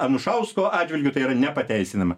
anušausko atžvilgiu tai yra nepateisinama